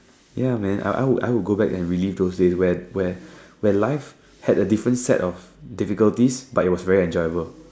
ya man I would I would go back and relive those days where where where life had a different set of difficulties but it was very enjoyable